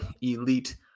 elite